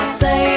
say